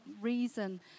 reason